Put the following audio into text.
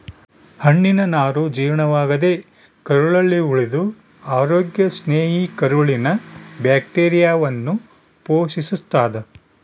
ಹಣ್ಣಿನನಾರು ಜೀರ್ಣವಾಗದೇ ಕರಳಲ್ಲಿ ಉಳಿದು ಅರೋಗ್ಯ ಸ್ನೇಹಿ ಕರುಳಿನ ಬ್ಯಾಕ್ಟೀರಿಯಾವನ್ನು ಪೋಶಿಸ್ತಾದ